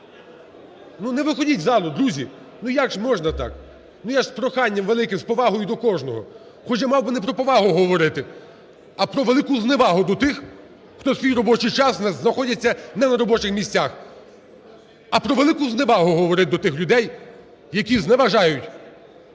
Не виходіть з залу, друзі! Як же можна так? Я ж з проханням великим, з повагою до кожного. Хоча мав би не про повагу говорити, а про велику зневагу до тих, хто в свій робочий час знаходяться не на робочих місцях. А про велику зневагу говорити до тих людей, які зневажають